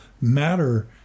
matter